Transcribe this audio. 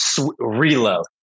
reload